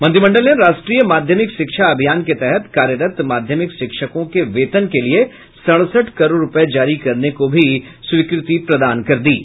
मंत्रिमंडल ने राष्ट्रीय माध्यमिक शिक्षा अभियान के तहत कार्यरत माध्यमिक शिक्षकों के वेतन के लिये सड़सठ करोड़ रूपये जारी करने को भी स्वीकृति प्रदान कर दी है